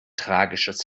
tragisches